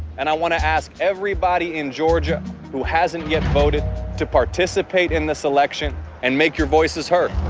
and i want to ask everybody in georgia who hasn't yet voted to participate in this election and make your voices heard.